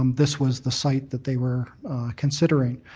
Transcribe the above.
um this was the site that they were considering.